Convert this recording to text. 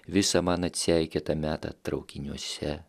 visą man atseikėta metą traukiniuose